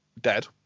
dead